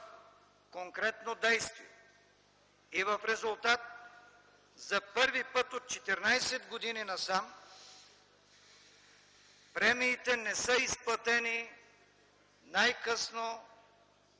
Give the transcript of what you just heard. конкретно действие и в резултат за първи път от 14 години насам премиите не са изплатени най-късно